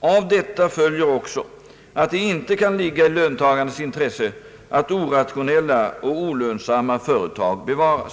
Av detta följer också att det inte kan ligga i löntagarnas intresse att orationella och olönsamma företag bevaras.